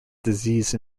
disease